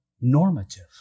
normative